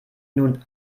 nun